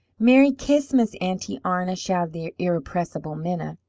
merry ch'is'mus, aunty arna! shouted the irrepressible minna.